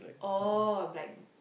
like